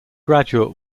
graduate